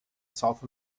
south